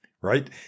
right